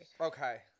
Okay